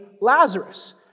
Lazarus